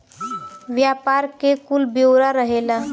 व्यापार के कुल ब्योरा रहेला